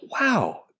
Wow